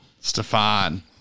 Stefan